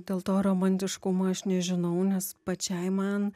dėl to romantiškumo aš nežinau nes pačiai man